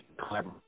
clever